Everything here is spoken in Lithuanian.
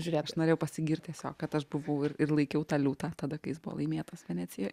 žiūrėk aš norėjau pasigirt tiesiog kad aš buvau ir ir laikiau tą liūtą tada kai jis buvo laimėtas venecijoj